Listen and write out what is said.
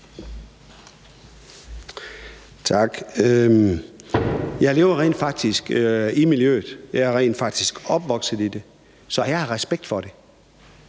Tak. Jeg lever rent faktisk i miljøet. Jeg er rent faktisk opvokset i det, så jeg har respekt for det,